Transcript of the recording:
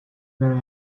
very